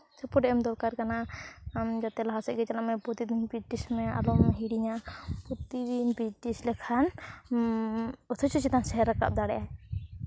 support ᱮᱢ ᱫᱚᱨᱠᱟᱨ ᱠᱟᱱᱟ ᱟᱢ ᱡᱟᱛᱮ ᱞᱟᱦᱟ ᱥᱮᱫ ᱜᱮ ᱪᱟᱞᱟᱜ ᱢᱮ ᱯᱨᱚᱛᱤ ᱫᱤᱱ ᱯᱨᱮᱠᱴᱤᱥ ᱢᱮ ᱟᱞᱚᱢ ᱦᱤᱲᱤᱧᱟ ᱯᱨᱚᱛᱤ ᱫᱤᱱ ᱯᱨᱮᱠᱴᱤᱥ ᱞᱮᱠᱷᱟᱱ ᱚᱛᱷᱚᱪᱚ ᱪᱮᱛᱟᱱ ᱥᱮᱫ ᱨᱟᱠᱟᱵᱽ ᱫᱟᱲᱮᱜ ᱟᱭ